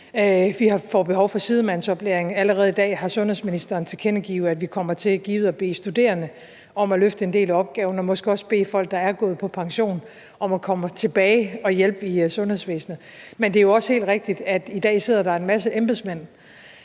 Vi får behov for sidemandsoplæring; allerede i dag har sundhedsministeren tilkendegivet, at vi givet kommer til at bede studerende om at løfte en del af opgaven og måske også bede folk, der er gået på pension, om at komme tilbage og hjælpe i sundhedsvæsenet. Men det er jo også helt rigtigt, at i dag sidder der en masse embedsmænd,